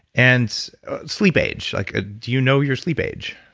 and sleep age, like ah do you know your sleep age?